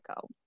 go